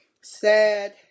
sad